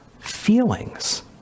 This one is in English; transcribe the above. feelings